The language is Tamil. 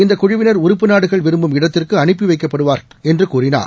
இந்த குழுவினர் உருப்பு நாடுகள் விரும்பும் இடத்திற்கு அனுப்பிவைக்கப்படுவார்கள் என்று கூறினார்